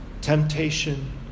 temptation